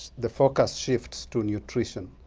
the focus shifts to nutrition.